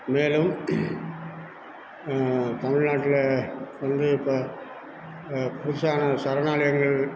மேலும் தமிழ்நாட்டில் வந்து இப்போ புதுசான சரணாலயங்கள்